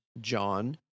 John